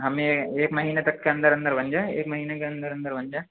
ہمیں ایک مہینے تک کے اندر اندر بن جائے ایک مہینے کے اندر اندر بن جائے